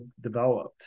developed